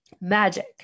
magic